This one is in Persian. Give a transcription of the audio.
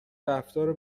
رفتار